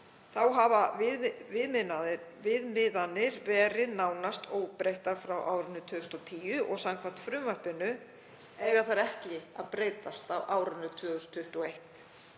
Þá hafa viðmiðanir verið nánast óbreyttar frá árinu 2010 og samkvæmt frumvarpinu eiga þær ekki að breytast á árinu 2021.